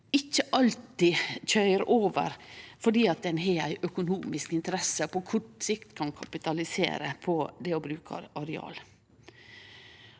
ikkje alltid køyrer over fordi ein har ei økonomisk interesse og på kort sikt kan kapitalisere på å bruke areal.